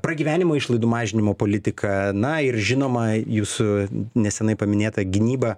pragyvenimo išlaidų mažinimo politika na ir žinoma jūsų nesenai paminėta gynyba